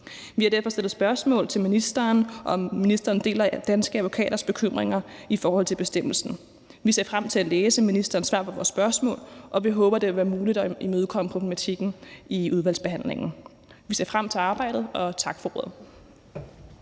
Vi har derfor stillet spørgsmål til ministeren om, om ministeren deler Danske Advokaters bekymringer i forhold til bestemmelsen. Vi ser frem til at læse ministerens svar på vores spørgsmål, og vi håber, at det vil være muligt at imødekomme problematikken i udvalgsbehandlingen. Vi ser frem til arbejdet. Tak for ordet.